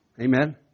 Amen